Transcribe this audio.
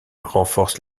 renforce